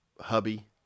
hubby